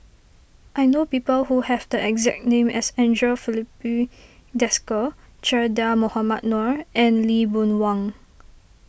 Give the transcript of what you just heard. I know people who have the exact name as Andre Filipe Desker Che Dah Mohamed Noor and Lee Boon Wang